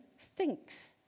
thinks